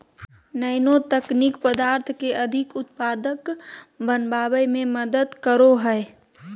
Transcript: nano तकनीक पदार्थ के अधिक उत्पादक बनावय में मदद करो हइ